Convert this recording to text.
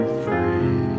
free